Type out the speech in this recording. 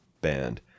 band